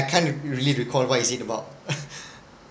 I can't really recall what is it about